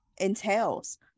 entails